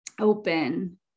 open